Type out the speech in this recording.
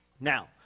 Now